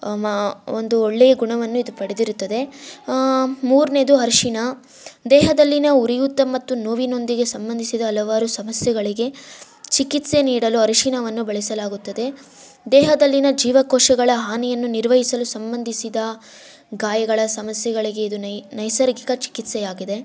ಮಾ ಒಂದು ಒಳ್ಳೆಯ ಗುಣವನ್ನು ಇದು ಪಡೆದಿರುತ್ತದೆ ಮೂರನೇದು ಅರ್ಶಿನ ದೇಹದಲ್ಲಿನ ಉರಿಯೂತ ಮತ್ತು ನೋವಿನೊಂದಿಗೆ ಸಂಬಂಧಿಸಿದ ಹಲವಾರು ಸಮಸ್ಯೆಗಳಿಗೆ ಚಿಕಿತ್ಸೆ ನೀಡಲು ಅರಿಶಿಣವನ್ನು ಬಳಸಲಾಗುತ್ತದೆ ದೇಹದಲ್ಲಿನ ಜೀವಕೋಶಗಳ ಹಾನಿಯನ್ನು ನಿರ್ವಹಿಸಲು ಸಂಬಂಧಿಸಿದ ಗಾಯಗಳ ಸಮಸ್ಯೆಗಳಿಗೆ ಇದು ನೈಸರ್ಗಿಕ ಚಿಕಿತ್ಸೆಯಾಗಿದೆ